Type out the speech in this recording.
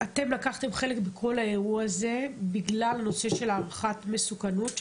אתם לקחתם חלק בכל האירוע הזה בגלל נושא הערכת המסוכנות.